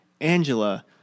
Angela